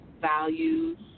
values